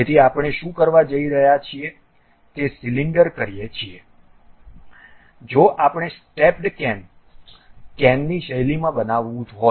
તેથી આપણે શું કરવા જઈ રહ્યા છીએ તે સિલિન્ડર કરીએ છીએ જો આપણે સ્ટેપ્ડ કેન કેનની શૈલીમાં બનાવવું હોય